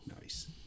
Nice